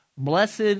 Blessed